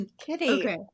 kitty